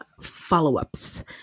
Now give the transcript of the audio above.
follow-ups